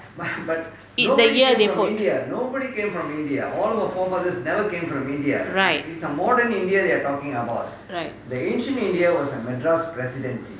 the year they put right right